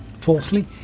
Fourthly